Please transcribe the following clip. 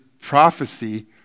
prophecy